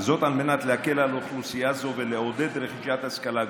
על מנת להקל על אוכלוסייה זו ולעודד רכישת השכלה גבוהה.